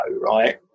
right